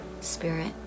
spirit